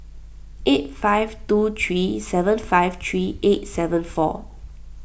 eight five two three seven five three eight seven four